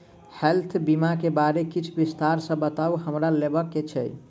Health बीमा केँ बारे किछ विस्तार सऽ बताउ हमरा लेबऽ केँ छयः?